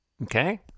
Okay